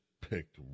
picked